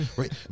right